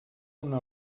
una